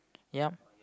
yup